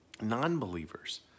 non-believers